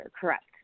Correct